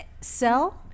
Sell